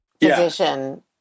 position